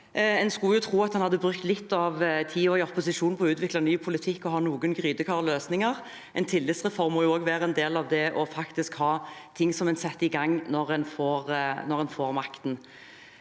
En skulle jo tro en hadde brukt litt av tiden i opposisjon til å utvikle ny politikk og ha noen gryteklare løsninger. En tillitsreform må også være en del av det å faktisk ha ting en setter i gang når en får makten.